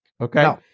okay